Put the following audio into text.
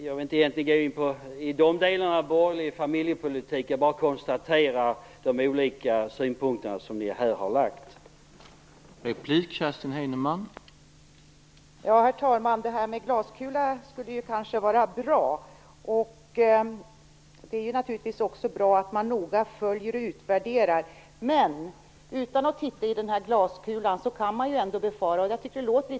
Jag vill inte gå in på de delarna av borgerlig familjepolitik - jag bara konstaterar de olika synpunkter som ni här har fört fram.